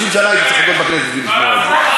30 שנה היית צריך לחכות בכנסת בשביל לשמוע את זה.